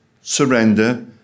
surrender